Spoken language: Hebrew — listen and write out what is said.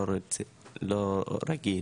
לא רגיל